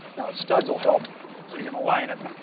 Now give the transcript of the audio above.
now studs will help so you can align it.